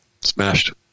Smashed